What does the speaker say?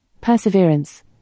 Perseverance